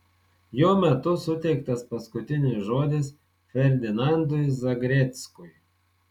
jo metu suteiktas paskutinis žodis ferdinandui zagreckui